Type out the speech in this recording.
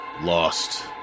lost